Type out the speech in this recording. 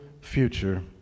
future